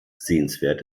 sehenswert